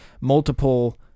multiple